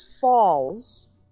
falls